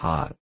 Hot